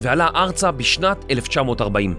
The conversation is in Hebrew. ועלה ארצה בשנת 1940